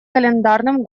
календарным